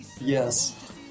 Yes